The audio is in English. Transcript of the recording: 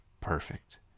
perfect